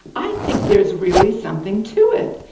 i think there's really something to it.